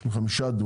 של 5 דונם,